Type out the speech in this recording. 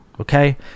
okay